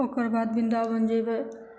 ओकर बाद वृन्दावन जेबय